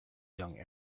young